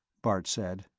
bart said.